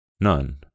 None